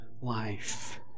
life